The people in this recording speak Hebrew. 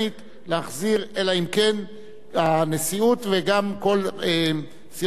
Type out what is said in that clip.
אלא אם כן הנשיאות וגם כל סיעות האופוזיציה מסכימות.